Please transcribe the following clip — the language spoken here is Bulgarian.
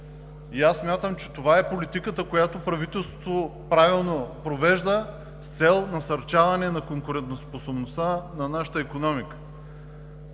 Аз смятам, че това е политиката, която правителството правилно провежда с цел насърчаване на конкурентоспособността на нашата икономика.